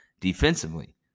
defensively